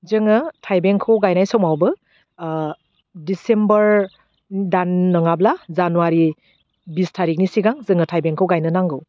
जोङो थाइबेंखौ गायनाय समावबो ओह डिसिम्बर दान नङाब्ला जानुवारि बिस थारिखनि सिगां जोङो थाइबेंखौ गायनो नांगौ